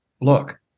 look